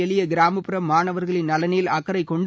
எளிய கிராமப்புற மாணவா்களின் நலனில் அக்கறை கொண்டு